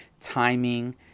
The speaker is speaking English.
timing